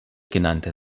genannte